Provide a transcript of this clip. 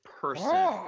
person